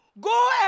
Go